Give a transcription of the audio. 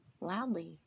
loudly